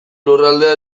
lurraldea